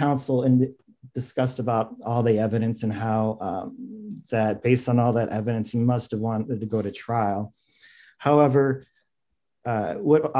counsel and discussed about all the evidence and how that based on all that evidence he must have wanted to go to trial however